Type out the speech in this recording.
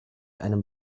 einem